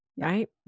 right